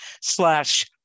slash